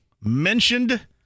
mentioned